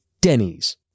Denny's